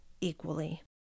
equally